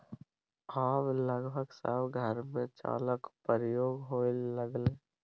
आब लगभग सभ घरमे चाहक प्रयोग होए लागलै